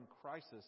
crisis